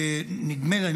נדמה לי,